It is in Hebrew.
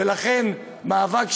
ולכן הובלנו מאבק,